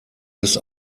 bis